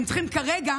הם צריכים כרגע,